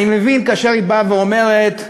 אני מבין כאשר היא באה ואומרת: